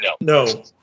no